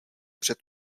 před